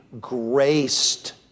graced